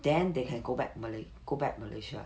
then they can go back malay~ go back malaysia